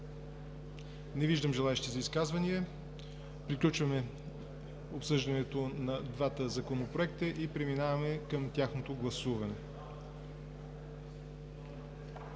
Не виждам, желаещи за изказвания. Приключваме обсъждането на двата законопроекта и преминаваме към тяхното гласуване.